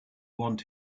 want